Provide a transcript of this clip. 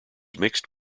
mixed